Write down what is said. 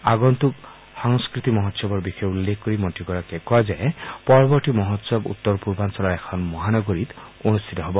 আগন্তুক সংস্কৃতি মহোৎসৱৰ বিষয়ে উল্লেখ কৰি মন্ত্ৰীগৰাকীয়ে কয় যে পৰৱৰ্তী মহোৎসৱ উত্তৰ পূৰ্বাঞ্চলৰ এখন মহানগৰীত অনুষ্ঠিত হ'ব